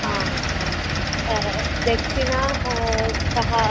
आम् आम् दक्षिणा का